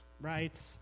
right